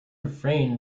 refrain